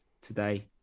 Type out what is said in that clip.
today